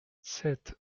sept